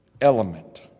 element